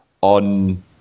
on